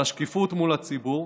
על השקיפות מול הציבור.